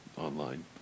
online